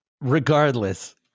regardless